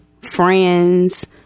friends